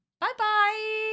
Bye-bye